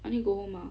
I need go home mah